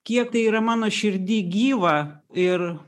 kiek tai yra mano širdyj gyva ir